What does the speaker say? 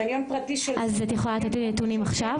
חניון פרטי --- אז את יכולה לתת לי נתונים עכשיו?